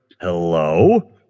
hello